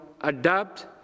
adapt